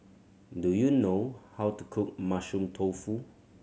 do you know how to cook Mushroom Tofu